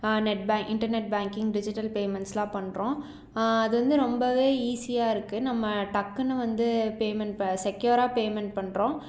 net bank internet banking digital payments எல்லாம் பண்ணுறோம் அது வந்து ரொம்பவே ஈஸியாக இருக்கு நம்ம டக்குன்னு வந்து பேமண்ட் ப செக்யூராக பேமண்ட் பண்ணுறோம்